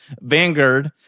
Vanguard